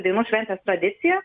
dainų šventės tradicija